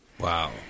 Wow